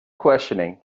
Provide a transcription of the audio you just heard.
questioning